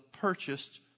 purchased